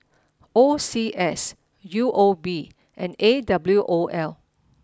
O C S U O B and A W O L